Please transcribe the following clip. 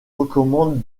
recommande